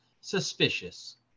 Suspicious